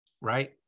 right